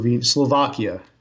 Slovakia